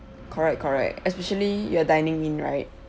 correct correct especially you are dining in right